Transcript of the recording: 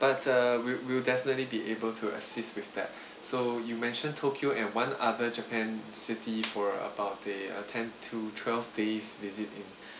but uh we'll we'll definitely be able to assist with that so you mentioned tokyo and one other japan city for about a uh ten to twelve days visit in